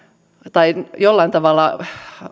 tai jollain tavalla